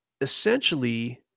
essentially